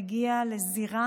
מגיע לזירה